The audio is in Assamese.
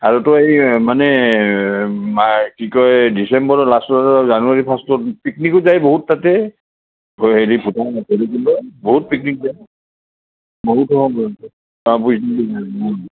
আৰুতো এই মানে কি কয় ডিচেম্বৰ লাষ্ট জানুৱাৰী ফাৰ্ষ্টত পিকনিকো যায় বহুত তাতে হেৰি পিকনিক যায় বহুত